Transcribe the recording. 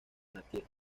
anarquía